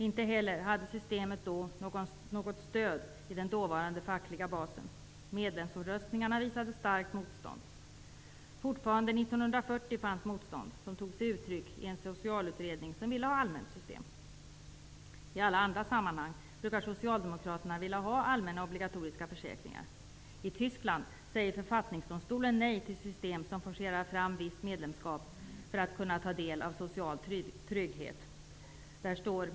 Inte heller då hade systemet något stöd i den dåvarande fackliga basen. Medlemsomröstningarna visade ett starkt motstånd. Fortfarande 1940 fanns detta motstånd som tog sig uttryck i en socialutredning som ville ha ett allmänt system. I alla andra sammanhang brukar socialdemokraterna vilja ha allmänna obligatoriska försäkringar. I Tyskland säger författningsdomstolen nej till ett system som forcerar fram visst medlemskap för att man skall kunna ta del av social trygghet.